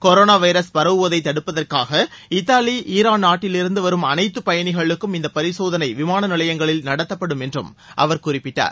corona virus பரவுவதை தடுப்பதற்காக Italy Iran நாட்டிலிருந்து வரும் அனைத்து பயணிகளுக்கும் இந்த பரிசோதனை விமான நிலையங்களில் நடத்தப்படும் என்று அவர் குறிப்பிட்டார்